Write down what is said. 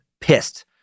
pissed